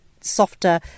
softer